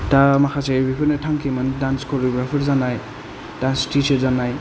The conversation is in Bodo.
दा माखासे बेफोरनो थांखिमोन डान्स करिय'ग्राफार जानाय डान्स टिचार जानाय